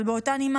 אבל באותה נימה,